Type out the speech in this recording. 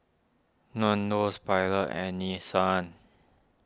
Nandos Pilot and Nissan